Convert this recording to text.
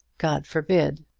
god forbid.